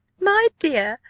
my dear,